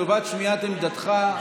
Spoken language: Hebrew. אנחנו נקדיש זמן מיוחד לטובת שמיעת עמדתך,